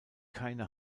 keine